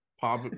Pop